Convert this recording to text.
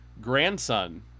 grandson